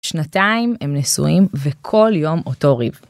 שנתיים הם נשואים וכל יום אותו ריב.